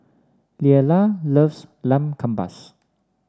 Leala loves Lamb Kebabs